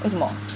为什么